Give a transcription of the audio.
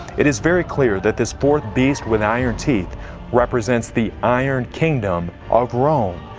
it is very clear that this fourth beast with iron teeth represents the iron kingdom of rome.